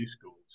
schools